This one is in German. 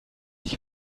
ich